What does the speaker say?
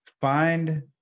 Find